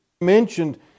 Mentioned